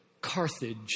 Carthage